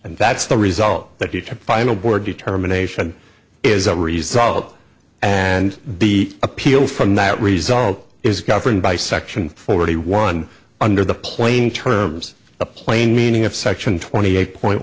and that's the result that final board determination is a result and the appeal from that result is governed by section forty one under the plain terms the plain meaning of section twenty eight point